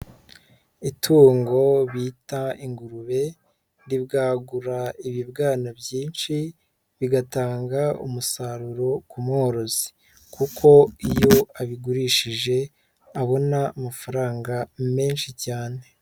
Itungo bita ingurube, ribwagura ibibwana byinshi, bigatanga umusaruro ku mworozi, kuko iyo abigurishije abona amafaranga menshi cyane.